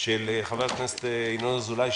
של חבר הכנסת ינון אזולאי,